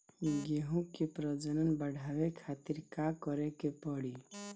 गेहूं के प्रजनन बढ़ावे खातिर का करे के पड़ी?